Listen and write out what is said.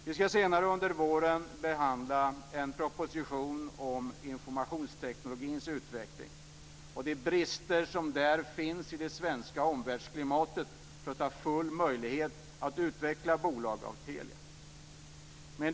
Vi ska senare under våren behandla en proposition om informationsteknologins utveckling och brister i det svenska omvärldsklimatet som motverkar fulla möjligheter för Sverige att utveckla bolag av Telia.